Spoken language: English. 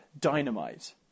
dynamite